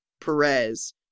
Perez